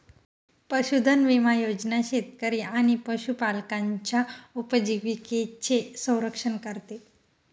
पशुधन विमा योजना शेतकरी आणि पशुपालकांच्या उपजीविकेचे संरक्षण करते